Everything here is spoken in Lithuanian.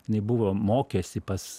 jinai buvo mokėsi pas